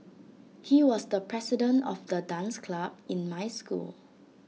he was the president of the dance club in my school